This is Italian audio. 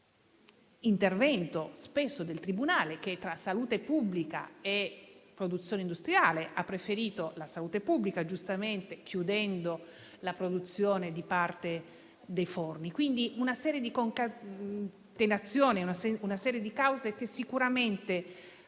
all'intervento del tribunale che, tra salute pubblica e produzione industriale, ha preferito, giustamente, la salute pubblica, chiudendo la produzione di parte dei forni. Quindi, una serie di concatenazioni ed una serie di cause che sicuramente